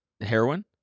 Heroin